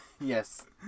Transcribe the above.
Yes